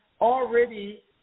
already